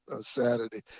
Saturday